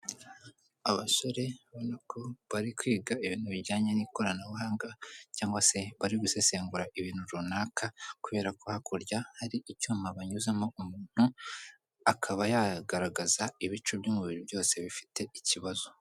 Abasore ubona ko bari kwiga ibintu bijyanye n'ikoranabuhanga, cyangwa se bari gusesengura ibintu runaka, kubera ko hakurya hari icyuma banyuzamo umuntu akaba yagaragaza ibice by'umubiri byose bifite ikibazo.